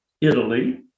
Italy